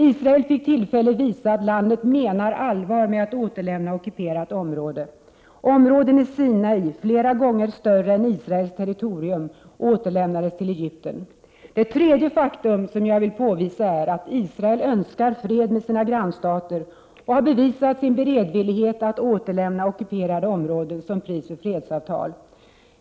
Israel fick tillfälle att visa att landet menar allvar med att återlämna ockuperat område. Områden i Sinai, flera gånger större än Israels territorium, återlämnades till Egypten. Det tredje faktum som jag vill påvisa är att Israel önskar fred med sina grannstater och har bevisat sin beredvillighet att återlämna ockuperade områden som pris för fredsavtal.